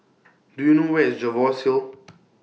Do YOU know Where IS Jervois Hill